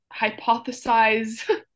hypothesize